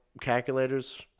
calculators